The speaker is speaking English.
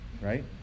Right